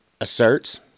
asserts